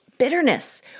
bitterness